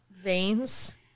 veins